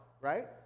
right